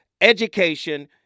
education